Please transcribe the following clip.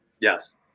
Yes